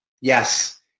Yes